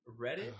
Reddit